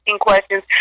questions